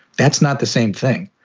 that's not the same thing.